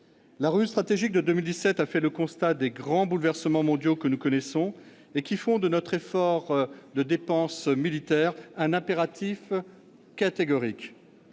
la revue stratégique de 2017 a fait le constat des grands bouleversements mondiaux que nous connaissons et qui font de notre effort de dépenses militaires un impératif catégorique.